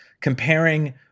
comparing